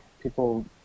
People